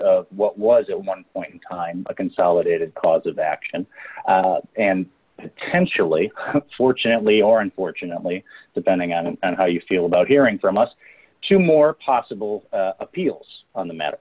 of what was at one point in time a consolidated cause of action and ten surely fortunately or unfortunately depending on and how you feel about hearing from us two more possible appeals on the matter